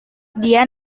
dia